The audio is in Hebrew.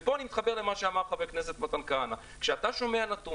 ופה אני מתחבר למה שאמר חבר הכנסת מתן כהנא: כשאתה שומע נתון,